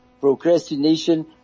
procrastination